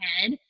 head